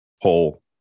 whole